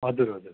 हजुर हजुर